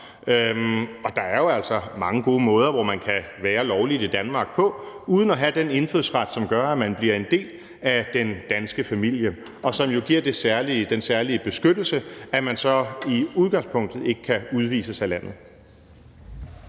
Der er jo altså mange gode måder, hvor man kan være lovligt i Danmark på uden at have den indfødsret, som gør, at man bliver en del af den danske familie, og som jo giver den særlige beskyttelse, at man så i udgangspunktet ikke kan udvises af landet.